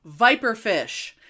Viperfish